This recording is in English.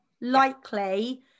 likely